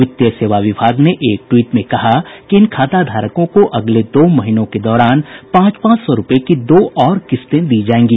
वित्तीय सेवा विभाग ने एक ट्वीट में कहा है कि इन खाताधारकों को अगले दो महीनों के दौरान पांच पांच सौ रूपये की दो और किस्तें दी जायेंगी